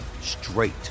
straight